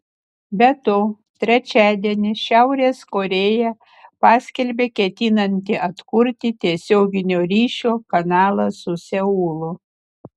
be to trečiadienį šiaurės korėja paskelbė ketinanti atkurti tiesioginio ryšio kanalą su seulu